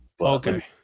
Okay